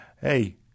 hey